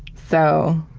so.